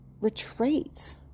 retreat